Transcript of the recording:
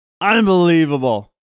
unbelievable